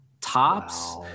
tops